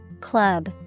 club